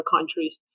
countries